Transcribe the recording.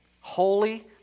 holy